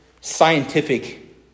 scientific